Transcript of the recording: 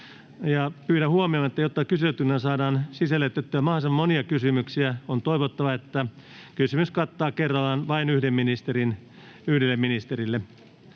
Pyydän huomioimaan, että jotta kyselytuntiin saadaan sisällytettyä mahdollisimman monia kysymyksiä, on toivottavaa, että kysymys kattaa kerrallaan kysymyksen vain yhdelle ministerille.